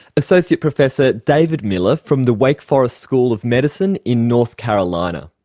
associate professor david miller from the wake forest school of medicine in north carolina.